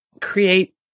create